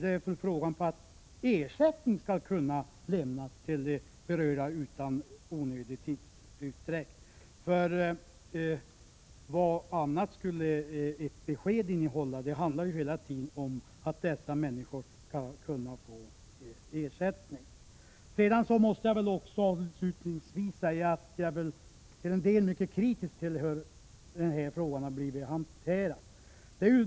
I stället måste väl meningen vara att ersättning skall kunna lämnas till de berörda utan onödig tidsutdräkt. Vad skulle ett besked annars kunna innehålla? Det handlar ju hela tiden om att dessa människor skall kunna få ersättning. Avslutningsvis vill jag nämna att jag delvis är mycket kritisk till hur denna fråga har blivit hanterad.